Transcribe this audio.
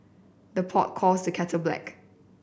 the pot calls the kettle black